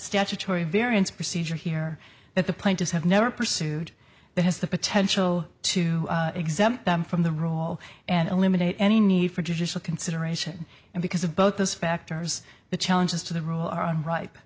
statutory variance procedure here that the plaintiffs have never pursued that has the potential to exempt them from the role and eliminate any need for judicial consideration and because of both those factors the challenges to the rule